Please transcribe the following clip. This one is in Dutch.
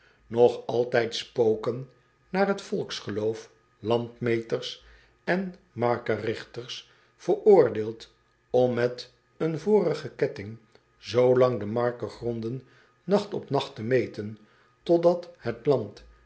og altijd spoken naar het volksgeloof landmeters en markerigters veroordeeld om met een vorigen ketting zlang de markegronden nacht op nacht te meten tot dat het land